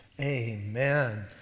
Amen